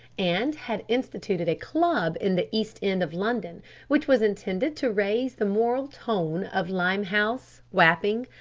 and had instituted a club in the east end of london which was intended to raise the moral tone of limehouse, wapping,